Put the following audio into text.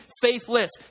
faithless